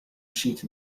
sheet